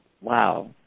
wow